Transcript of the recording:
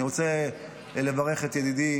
אני רוצה לברך את ידידי,